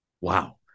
Wow